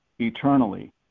eternally